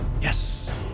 Yes